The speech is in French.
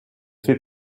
fait